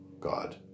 God